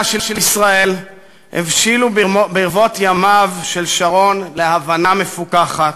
של ישראל הבשילו ברבות ימיו של שרון להבנה מפוכחת,